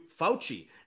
Fauci